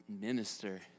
minister